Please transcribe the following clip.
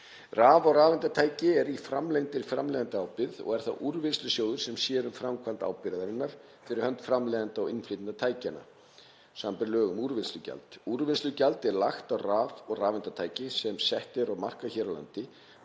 Raf- og rafeindatæki eru í framlengdri framleiðendaábyrgð og er það Úrvinnslusjóður sem sér um framkvæmd ábyrgðarinnar fyrir hönd framleiðanda og innflytjenda tækjanna, samanber lög um úrvinnslugjald. Úrvinnslugjald er lagt á raf- og rafeindatæki sem sett eru á markað hér á landi